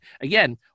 again